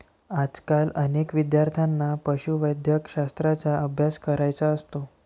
आजकाल अनेक विद्यार्थ्यांना पशुवैद्यकशास्त्राचा अभ्यास करायचा असतो